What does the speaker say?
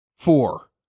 Four